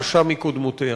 קשה מקודמותיה.